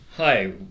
Hi